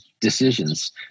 decisions